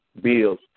bills